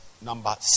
number